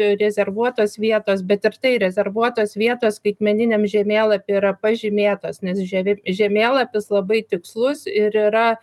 rezervuotos vietos bet ir tai rezervuotos vietos skaitmeniniam žemėlapy yra pažymėtos nes ževip žemėlapis labai tikslus ir yra